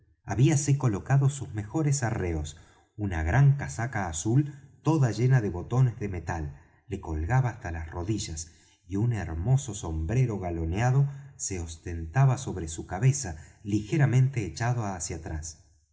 mundo habíase colocado sus mejores arreos una gran casaca azul toda llena de botones de metal le colgaba hasta las rodillas y un hermoso sombrero galoneado se ostentaba sobre su cabeza ligeramente echado hacia atrás